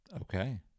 Okay